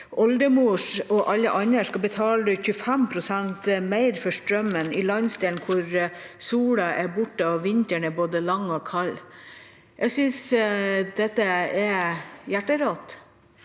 oldemor og alle andre skal betale 25 pst. mer for strømmen i landsdelen der solen er borte og vinteren både lang og kald. Jeg synes det er hjerterått.